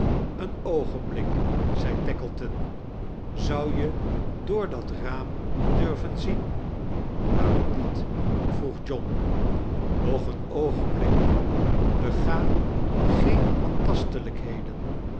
een oogenblik zei taokleton zou je door dat raam durven zien waarom niet vroeg john nog een oogenblik bega geen handtastelijkheden